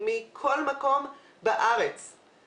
מכל מקום בארץ,